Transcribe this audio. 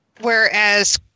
whereas